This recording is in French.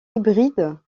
hybrides